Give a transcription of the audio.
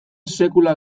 sekula